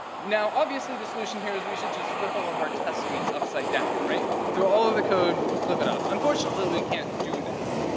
now obviously, the solution here is we should just flip all of our test suites upside down, right? through all of the code, flip it up. unfortunately we can't do that,